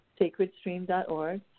Sacredstream.org